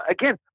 Again